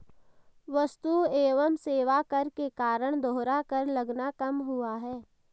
वस्तु एवं सेवा कर के कारण दोहरा कर लगना कम हुआ है